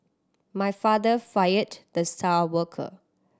my father fired the star worker